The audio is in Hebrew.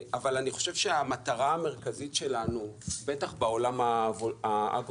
אבל אני חושב שהמטרה המרכזית שלנו בטח בעולם האגרו-וולטאי,